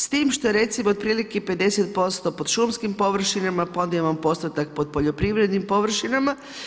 S tim što recimo otprilike 50% pod šumskim površinama, pa onda imamo postotak pod poljoprivrednim površinama.